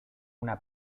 una